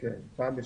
כן, פעם בשבוע.